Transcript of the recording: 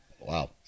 Wow